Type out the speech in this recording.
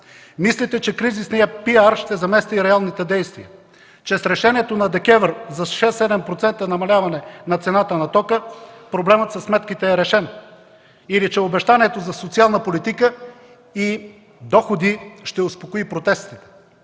Мислите, че кризисният пиар ще замести реалните действия? Че с решението на ДКЕВР за 6-7% намаляване на цената на тока проблемът със сметките е решен?! Или, че обещанието за социална политика и доходи ще успокои протестите!?